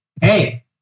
hey